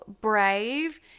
brave